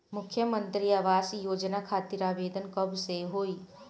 मुख्यमंत्री आवास योजना खातिर आवेदन कब से होई?